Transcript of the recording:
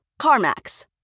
CarMax